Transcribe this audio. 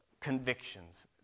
convictions